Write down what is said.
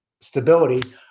stability